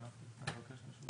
עובדה,